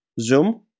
Zoom